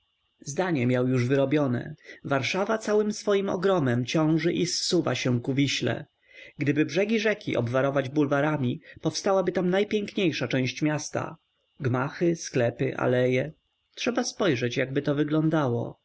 już miał wyrobione warszawa całym swoim ogromem ciąży i zsuwa się ku wiśle gdyby brzeg rzeki obwarować bulwarami powstałaby tam najpiękniejsza część miasta gmachy sklepy aleje trzeba spojrzeć jakby to wyglądało